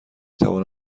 توانم